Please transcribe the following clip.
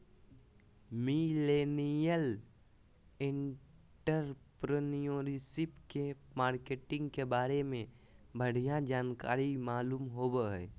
millennial entrepreneurship के marketing के बारे में बढ़िया जानकारी मालूम होबो हय